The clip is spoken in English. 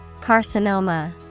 Carcinoma